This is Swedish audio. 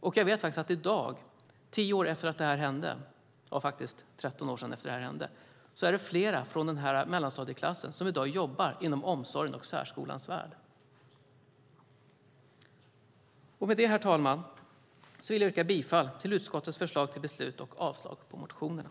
Och jag vet att i dag, 13 år efter att det här hände, är det flera från denna mellanstadieklass som jobbar inom omsorgens och särskolans värld. Med detta, herr talman, vill jag yrka bifall till utskottets förslag till beslut och avslag på motionerna.